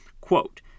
Quote